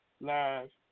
Live